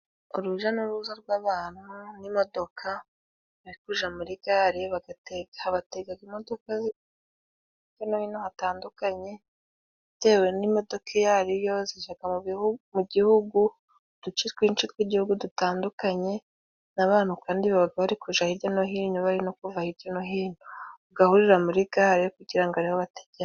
Urujya n'uruza rw'abantu n'imodoka, biri kujya muri gare. Batega imodoka hirya no hino hatandukanye, bitewe n'imodoka iyo ari yo, zijya mu Gihugu uduce twinshi tw'Igihugu dutandukanye, n'abantu kandi baba bari kujya hirya no hino, bari no kuva hirya no hino, bagahurira muri gare kugira ngo ariho bategera.